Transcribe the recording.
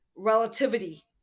Relativity